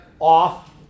off